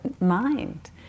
mind